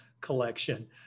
collection